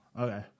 Okay